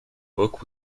book